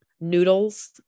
noodles